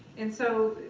and so,